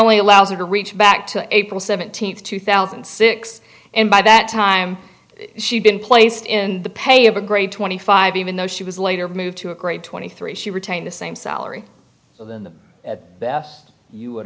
only allows you to reach back to april seventeenth two thousand and six and by that time she'd been placed in the pay of a grade twenty five even though she was later moved to a grade twenty three she retained the same salary than the best you would